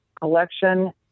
collection